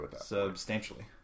Substantially